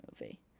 movie